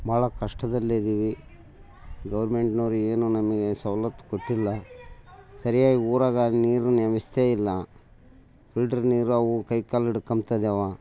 ಭಾಳ ಕಷ್ಟದಲ್ಲಿ ಇದ್ದೀವಿ ಗೌರ್ಮೆಂಟ್ನವ್ರ ಏನೂ ನಮಗೆ ಸವ್ಲತ್ತು ಕೊಟ್ಟಿಲ್ಲ ಸರಿಯಾಗಿ ಊರಾಗೆ ನೀರಿನ ವ್ಯವಸ್ಥೆ ಇಲ್ಲ ಫಿಲ್ಟರ್ ನೀರು ಅವು ಕೈ ಕಾಲು ಹಿಡ್ಕೋಂತದೆ ಅವಾ